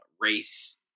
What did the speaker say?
race